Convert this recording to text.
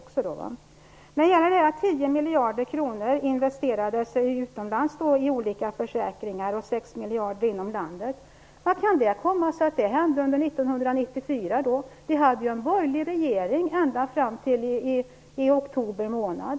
Det investerades 10 miljarder utomlands i olika försäkringar och 6 miljarder inom landet. Hur kan det komma sig att detta hände under 1994? Vi hade ju en borgerlig regering ända fram till oktober månad.